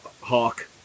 hawk